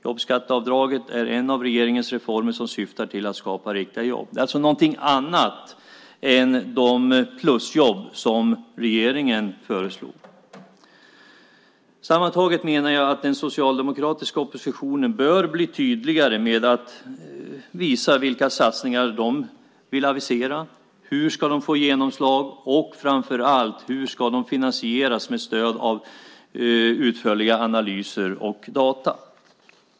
Jobbskatteavdraget är en av regeringens reformer som syftar till att skapa riktiga jobb. Det är alltså någonting annat än de plusjobb som regeringen föreslår. Sammantaget menar jag att den socialdemokratiska oppositionen bör bli tydligare med att visa vilka satsningar man vill avisera, hur de ska få genomslag och framför allt hur de ska finansieras, med stöd av utförliga analyser och data.